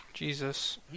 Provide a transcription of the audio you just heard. Jesus